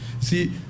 See